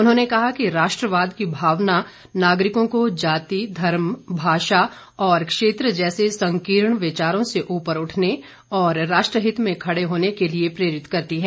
उन्होंने कहा कि राष्ट्रवाद की भावना नागरिकों को जाति धर्म भाषा और क्षेत्र जैसे संकीर्ण विचारों से ऊपर उठने और राष्ट्रहित में खड़े होने के लिए प्रेरित करती है